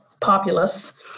populace